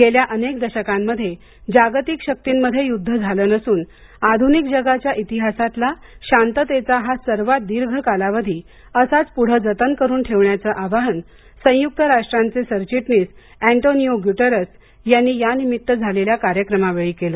गेल्या अनेक दशकांमध्ये जागतिक शक्तींमध्ये युद्ध झालं नसून आधुनिक जगाच्या इतिहासातला शांततेचा हा सर्वात दीर्घ कालावधी असाच पुढं जतन करून ठेवण्याचं आवाहन संयुक्त राष्ट्रांचे सरचिटणीस अँटोनिओ गूटेरेस यांनी यानिमित्त झालेल्या कार्यक्रमावेळी केलं